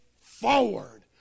forward